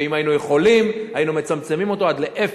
ואם היינו יכולים היינו מצמצמים אותו עד לאפס.